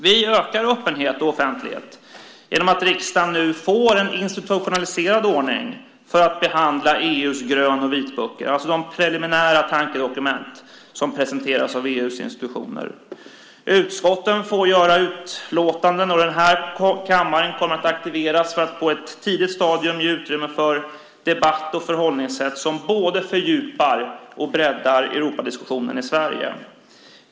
Vi ökar öppenhet och offentlighet genom att riksdagen nu får en institutionaliserad ordning för att behandla EU:s grön och vitböcker, alltså de preliminära tankedokument som presenteras av EU:s institutioner. Utskotten får göra utlåtanden, och den här kammaren kommer att aktiveras för att på ett tidigt stadium ge utrymme för debatt och förhållningssätt som både fördjupar och breddar Europadiskussionen i Sverige.